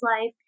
life